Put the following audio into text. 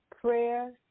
Prayer